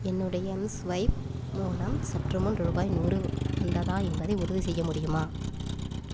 என்னுடைய எம்ஸ்வைப் மூலம் சற்றுமுன் ரூபாய் நூறு வந்ததா என்பதை உறுதிசெய்ய முடியுமா